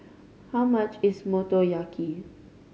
how much is Motoyaki